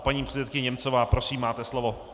Paní předsedkyně Němcová, prosím máte slovo.